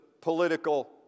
political